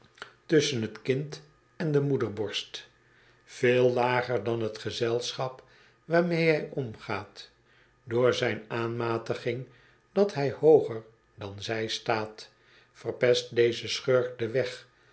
t kind en de moederborst veel lager dan t gezelschap waarmee hij omgaat door zijn aanmatiging dat hij hooger dan zij staat verpest deze schurk den weg